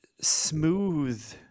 smooth